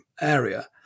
area